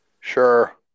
sure